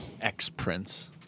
Ex-prince